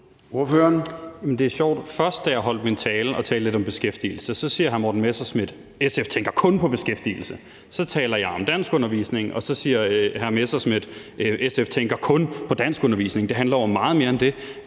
det er sjovt, at først da jeg holdt min tale og talte lidt om beskæftigelse, sagde hr. Morten Messerschmidt: SF tænker kun på beskæftigelse. Så taler jeg om danskundervisning, og så siger hr. Morten Messerschmidt: SF tænker kun på danskundervisning – det handler om meget mere end det.